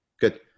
Good